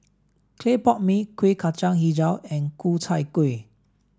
Clay Pot Mee Kueh Kacang Hijau and Ku Chai Kueh